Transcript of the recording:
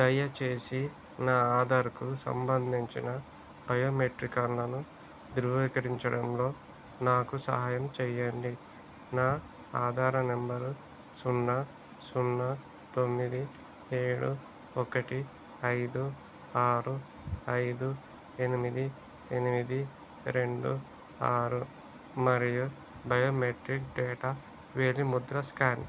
దయచేసి నా ఆధార్కు సంబంధించిన బయోమెట్రిక్లను ధృవీకరించడంలో నాకు సహాయం చెయ్యండి నా ఆధార్ నంబరు సున్నా సున్నా తొమ్మిది ఏడు ఒకటి ఐదు ఆరు ఐదు ఎనిమిది ఎనిమిది రెండు ఆరు మరియు బయోమెట్రిక్ డేటా వేలిముద్ర స్కాన్